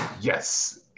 yes